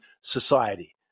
society